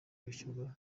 kwishyurwa